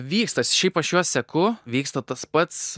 vykstas šiaip aš juos seku vyksta tas pats